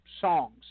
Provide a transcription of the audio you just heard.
songs